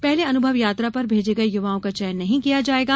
पहले अनुभव यात्रा पर भेजे गए युवाओं का चयन नहीं किया जायेगा